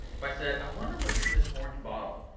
if i said i wonder what's in this orange bottle,